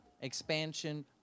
Expansion